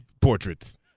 portraits